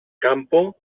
campo